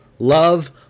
Love